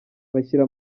bashyira